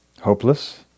Hopeless